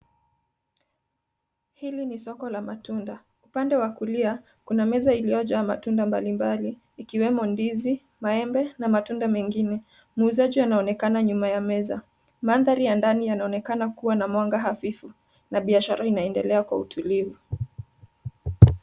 Hili ni soko la matunda. Upande wa kulia kuna meza iliyojaa matunda mbalimbali, ikiwemo ndizi, maembe na matunda mengine. Muuzaji anaonekana nyuma ya meza. Mandhari ya ndani yanaonekana kuwa na mwanga hafifu na biashara inaendelea kwa utulivu.